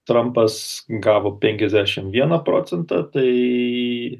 trampas gavo penkiasdešimt vieną proentą tai